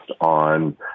on